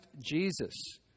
Jesus